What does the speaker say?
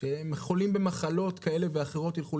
שהם חולים במחלות כאלה ואחרות, ילכו?